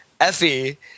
Effie